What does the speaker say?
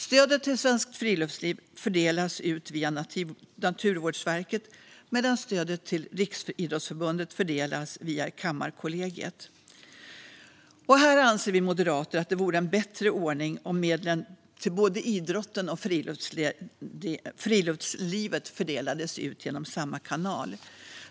Stödet till Svenskt Friluftsliv fördelas ut via Naturvårdsverket, medan stödet till Riksidrottsförbundet fördelas via Kammarkollegiet. Vi moderater anser att det vore en bättre ordning om medlen till både idrotten och friluftslivet fördelades via samma kanal.